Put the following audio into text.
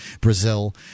Brazil